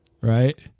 right